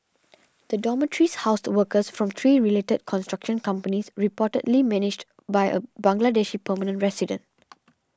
the dormitories housed workers from three related construction companies reportedly managed by a Bangladeshi permanent resident